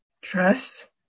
trust